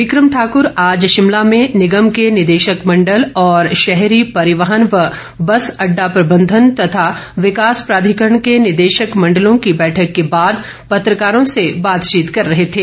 बिक्रम ठाक्र आज शिमला में निगम के निदेशक मंडल और शहरी परिवहन व बस अड्डा प्रबंधन तथा विकास प्राधिकरण के निदेशक मंडलों की बैठक के बाद पत्रकारों से बातचीत कर रहे थे